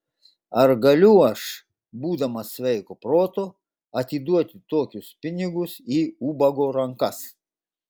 ar galiu aš būdamas sveiko proto atiduoti tokius pinigus į ubago rankas